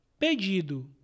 Pedido